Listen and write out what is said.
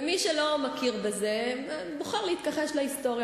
ומי שלא מכיר בזה, בוחר להתכחש להיסטוריה.